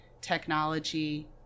technology